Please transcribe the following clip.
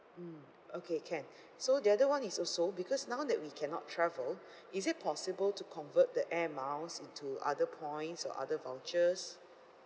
mm okay can so the other one is also because now that we cannot travel is it possible to convert the air miles into other points or other vouchers